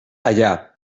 allà